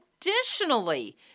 Additionally